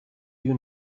you